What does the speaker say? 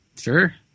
Sure